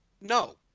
no